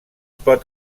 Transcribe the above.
pot